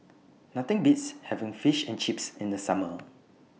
Nothing Beats having Fish and Chips in The Summer